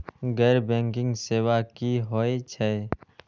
गैर बैंकिंग सेवा की होय छेय?